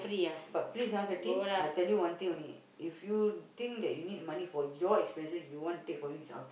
but please ah Fatty I tell you one thing only if you think that you need money for your expenses you want to take from him is up to you